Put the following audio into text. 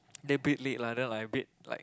little bit late lah then I a bit like